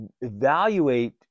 evaluate